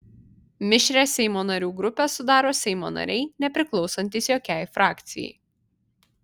mišrią seimo narių grupę sudaro seimo nariai nepriklausantys jokiai frakcijai